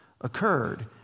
occurred